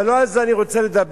אבל לא על זה אני רוצה לדבר.